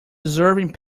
observing